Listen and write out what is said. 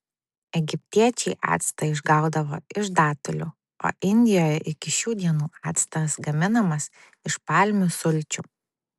egiptiečiai actą išgaudavo iš datulių o indijoje iki šių dienų actas gaminamas iš palmių sulčių